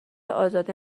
ازاده